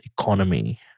economy